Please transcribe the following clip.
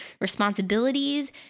responsibilities